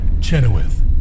Chenoweth